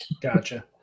gotcha